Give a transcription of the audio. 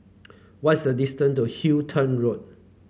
what is the distance to Halton Road